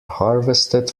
harvested